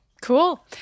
cool